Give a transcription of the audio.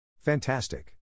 fantastic